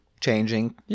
changing